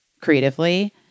creatively